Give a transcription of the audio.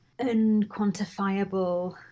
unquantifiable